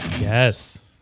Yes